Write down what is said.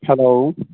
hello